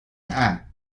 act